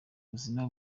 ubuzima